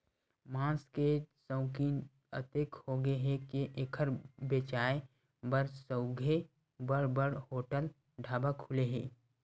मांस के सउकिन अतेक होगे हे के एखर बेचाए बर सउघे बड़ बड़ होटल, ढाबा खुले हे